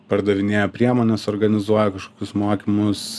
pardavinėja priemones organizuoja kažkokius mokymus